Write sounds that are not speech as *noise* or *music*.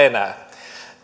*unintelligible* enää